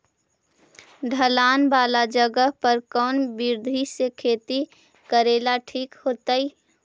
ढलान वाला जगह पर कौन विधी से खेती करेला ठिक होतइ?